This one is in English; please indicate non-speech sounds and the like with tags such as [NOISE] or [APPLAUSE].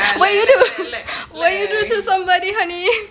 what you do [LAUGHS] what you do to somebody honey